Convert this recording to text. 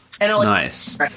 nice